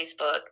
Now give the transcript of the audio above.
Facebook